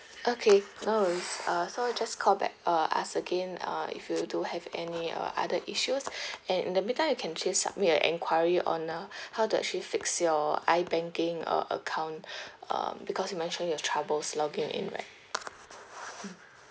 okay closed uh so just call back uh ask again uh if you do have any uh other issues and in the meantime you can actually submit you enquiry on uh how to actually fix your ibanking uh account um because you mentioned you have troubles logging in right mmhmm